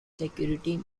security